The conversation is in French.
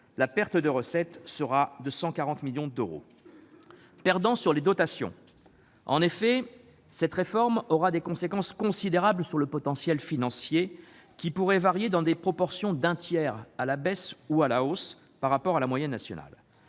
La perte de recettes atteindra donc 140 millions d'euros. Tous seront perdants, toujours, sur les dotations. Cette réforme aura des conséquences considérables sur le potentiel financier, lequel pourrait varier dans des proportions d'un tiers, à la baisse ou à la hausse, par rapport à la moyenne nationale.